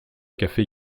café